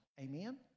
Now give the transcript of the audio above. Amen